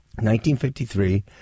1953